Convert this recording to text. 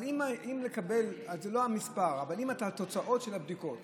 אבל אם מלקיחת הבדיקות